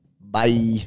bye